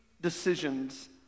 decisions